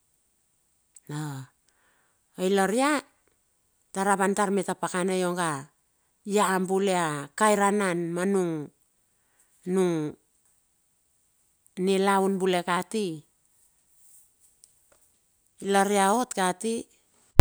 Ha, ai lar ia tar a van tar me ta pakana ionga, ia bule a kairanan ma nung, nung, nilaun bule kati lar ia ot kati.